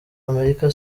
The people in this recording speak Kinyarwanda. amerika